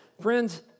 Friends